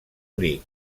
league